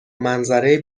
منظره